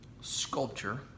sculpture